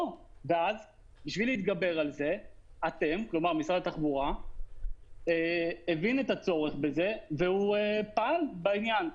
בשביל להתגבר על זה משרד התחבורה פעל בעניין.